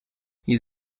his